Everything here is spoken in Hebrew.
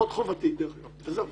זאת חובתי, וזהו.